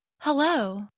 Hello